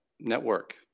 network